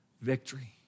victory